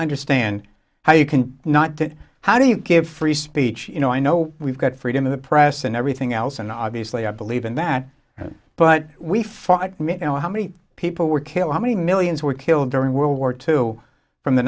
understand how you can not get how do you give free speech you know i know we've got freedom of the press and everything else and obviously i believe in that but we fight me you know how many people were killed how many millions were killed during world war two from the